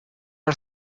our